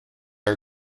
are